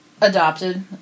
adopted